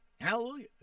hallelujah